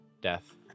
death